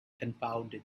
confounded